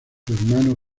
hermano